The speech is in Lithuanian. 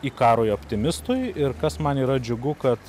ikarui optimistui ir kas man yra džiugu kad